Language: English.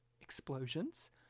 Explosions